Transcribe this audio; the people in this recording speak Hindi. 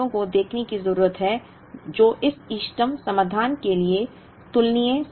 हमें उन आंकड़ों को देखने की जरूरत है जो इस इष्टतम समाधान के तुलनीय समाधान देते हैं